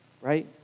right